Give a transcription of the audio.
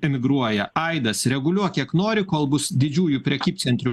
emigruoja aidas reguliuok kiek nori kol bus didžiųjų prekybcentrių